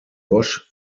bosch